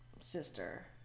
sister